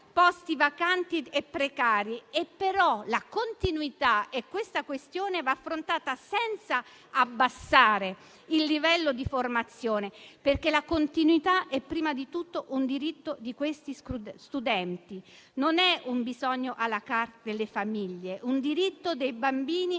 posti vacanti e precari. Però questa questione va affrontata senza abbassare il livello di formazione, perché la continuità è prima di tutto un diritto di quegli studenti, non è un bisogno *à la carte* delle famiglie. È un diritto dei bambini e